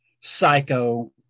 psycho